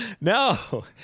No